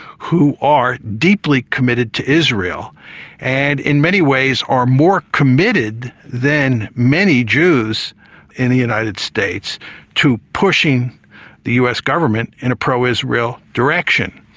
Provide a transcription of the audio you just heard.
who are deeply committed to israel and in many ways are more committed than many jews in the united states to pushing the us government in a pro-israel direction.